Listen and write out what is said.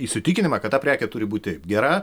įsitikinimą kad ta prekė turi būti gera